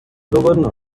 governor